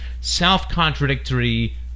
self-contradictory